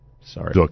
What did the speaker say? Sorry